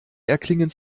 erklingen